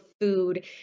food